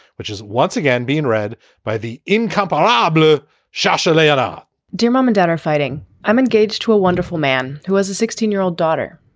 which is once again being read by the incoming loblaw shasha layana dear mom and dad are fighting. i'm engaged to a wonderful man who has a sixteen year old daughter.